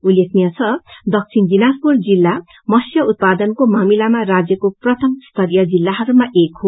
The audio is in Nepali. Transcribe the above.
उल्लेखनीय छ दक्षिण दिनाजपुर जिल्ला मत्सय उत्पादनको मामिलामा राज्यको प्रथम स्तरीय जिल्लाहयमा एक हो